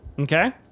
Okay